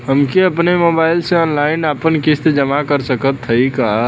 हम अपने मोबाइल से ऑनलाइन आपन किस्त जमा कर सकत हई का?